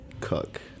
cook